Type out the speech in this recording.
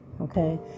okay